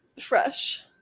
fresh